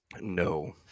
No